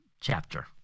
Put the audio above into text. chapter